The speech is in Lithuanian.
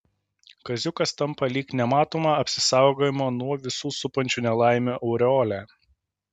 kaziukas tampa lyg nematoma apsisaugojimo nuo visų supančių nelaimių aureole